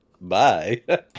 bye